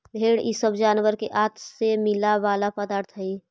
भेंड़ इ सब जानवर के आँत से मिला वाला पदार्थ हई